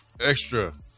extra